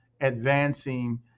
advancing